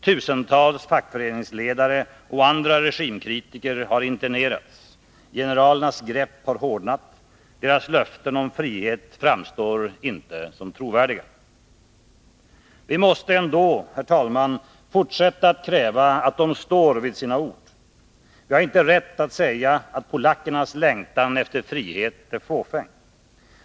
Tusentals fackföreningsledare och andra regimkritiker har internerats. Generalernas grepp har hårdnat. Deras löften om frihet framstår inte som trovärdiga. Vi måste ändå, herr talman, fortsätta att kräva att de står vid sina ord. Vi har inte rätt att säga att polackernas längtan efter frihet är fåfäng.